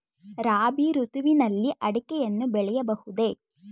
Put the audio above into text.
ರಾಬಿ ಋತುವಿನಲ್ಲಿ ಅಡಿಕೆಯನ್ನು ಬೆಳೆಯಬಹುದೇ?